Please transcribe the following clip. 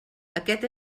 aquest